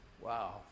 Wow